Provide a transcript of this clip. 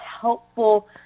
helpful